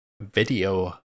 video